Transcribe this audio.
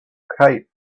kite